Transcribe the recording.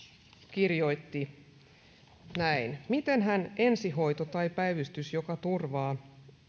kirjoitti näin mitenhän ensihoito tai päivystys joka turvaa